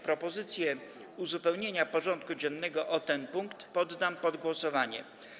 Propozycję uzupełnienia porządku dziennego o ten punkt poddam pod głosowanie.